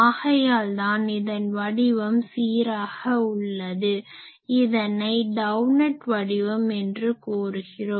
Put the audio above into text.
ஆகையால்தான் இதன் வடிவம் சீராக உள்ளது இதனை டௌனட் வடிவம் என்று கூறுகிறோம்